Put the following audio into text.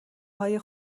های